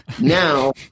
Now